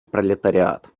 пролетариат